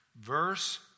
verse